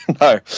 No